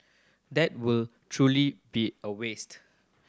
that will truly be a waste